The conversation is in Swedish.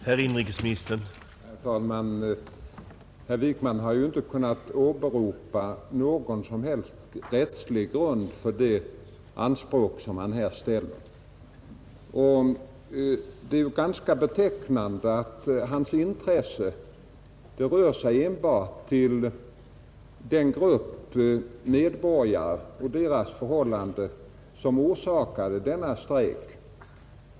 Herr talman! Herr Wijkman har inte kunnat åberopa några som helst rättsliga grunder för det anspråk som han här ställer. Det är ganska betecknande att hans intresse enbart rör sig kring den grupp medborgare och deras förhållanden, som orsakade denna strejk.